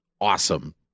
awesome